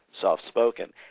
soft-spoken